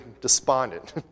despondent